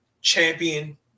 champion